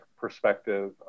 perspective